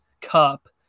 cup